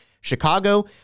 Chicago